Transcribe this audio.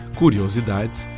curiosidades